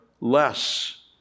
less